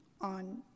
on